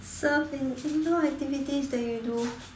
surfing indoor activities that you do